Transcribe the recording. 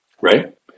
right